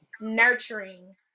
Nurturing